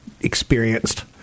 experienced